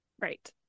Right